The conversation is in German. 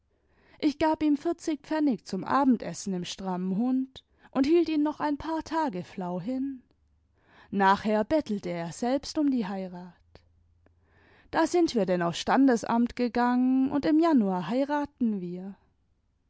ich gab ihm vierzig pfennig zum abendessen im strammen hund und hielt ilm noch ein paar tage flau hin nachher bettelte er selbst um die heirat da sind wir denn aufs standesamt gegangen und im januar heiraten wir